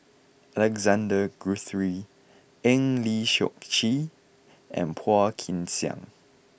Alexander Guthrie Eng Lee Seok Chee and Phua Kin Siang